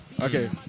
Okay